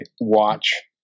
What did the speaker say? watch